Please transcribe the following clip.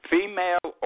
Female